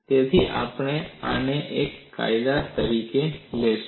તેથી આપણે આને એક ફાયદા તરીકે લઈશું